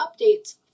updates